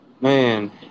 man